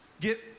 get